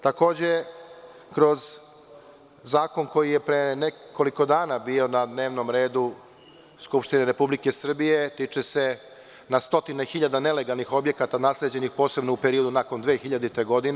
Takođe, kroz zakon koji je pre nekoliko dana bio na dnevnom redu Skupštine Republike Srbije, tiče se na stotine nelegalnih objekata nasleđenih, posebno u periodu nakon 2000. godine.